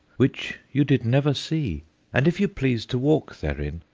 which you did never see and if you please to walk therein,